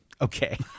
Okay